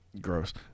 Gross